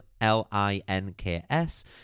L-I-N-K-S